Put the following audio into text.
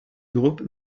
groupe